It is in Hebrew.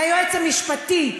ליועץ המשפטי,